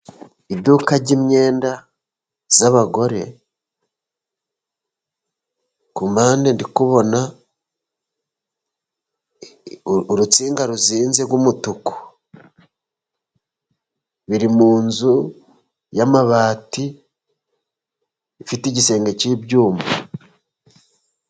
Iduka ry'imyenda y'abagore, ku mpande ndi kubona urutsinga ruzinze rw'umutuku, biri mu nzu y'amabati ifite igisenge cy'ibyuma.